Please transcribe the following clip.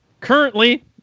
currently